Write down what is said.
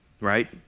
Right